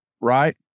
right